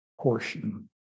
portion